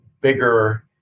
bigger